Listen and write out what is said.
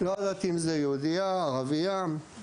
לא ידעתי אם זאת יהודייה, ערבייה.